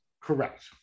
correct